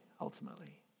ultimately